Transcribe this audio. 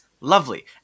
lovely